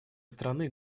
страны